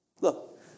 Look